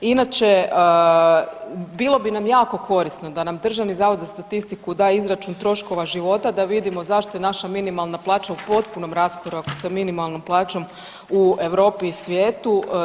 Inače, bilo bi nam jako korisno da nam Državni zavod statistiku da izračun troškova života da vidimo zašto je naša minimalna plaća u potpunom raskoraku sa minimalnom plaćom u Europi i svijetu.